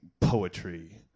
poetry